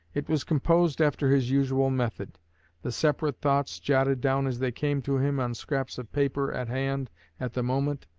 it was composed after his usual method the separate thoughts jotted down as they came to him, on scraps of paper at hand at the moment,